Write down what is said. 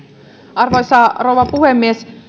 arvoisa rouva puhemies